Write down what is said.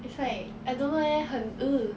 that's why I don't know eh 很 ugh